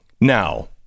Now